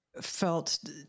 felt